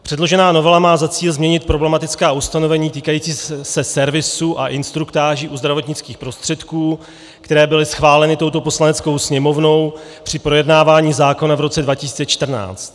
Předložená novela má za cíl změnit problematická ustanovení týkající se servisu a instruktáží u zdravotnických prostředků, které byly schváleny touto Poslaneckou sněmovnou při projednávání zákona v roce 2014.